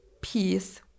peace